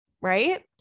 Right